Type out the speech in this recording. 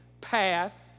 path